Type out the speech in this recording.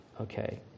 Okay